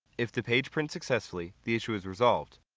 if the page prints successfully, the issue is resolved.